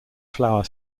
flower